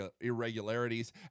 irregularities